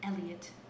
Elliott